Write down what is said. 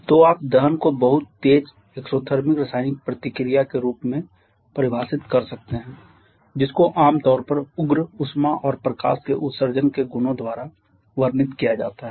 तो आप दहन को बहुत तेज एक्सोथर्मिक रासायनिक प्रतिक्रिया के रूप में परिभाषित कर सकते हैं जिसको आमतौर पर उग्र ऊष्मा और प्रकाश के उत्सर्जन के गुणों द्वारा वर्णित किया जाता है